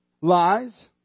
Lies